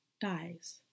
dies